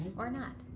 or not.